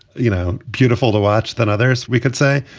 you know, beautiful to watch than others. we could say.